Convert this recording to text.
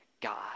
God